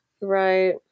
Right